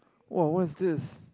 !wow! what's this